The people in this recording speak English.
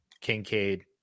Kincaid